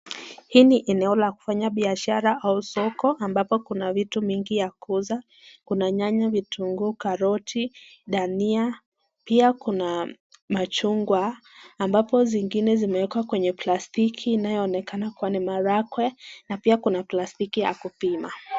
Hii ni eneo la kufanya biashara au soko ambapo kuna vitu mingi ya kuuza, kuna nyanya, vitungu, karoti, dahania pia kuna machungwa ambapo zingine zimewekwa kwenye plastiki na inaonekana kuwa na maharagwe na pia kuna plastiki ya kupima.